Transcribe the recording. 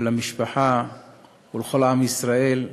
למשפחה ולכל עם ישראל.